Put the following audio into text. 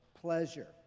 pleasure